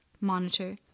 monitor